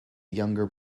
younger